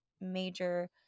major